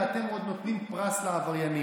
ואתם עוד נותנים פרס לעבריינים.